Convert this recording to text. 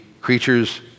creatures